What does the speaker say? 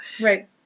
Right